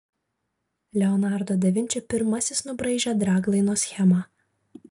leonardo da vinči pirmasis nubraižė draglaino schemą